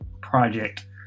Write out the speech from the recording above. project